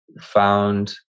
found